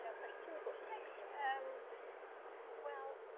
you know plus two equals six. and well,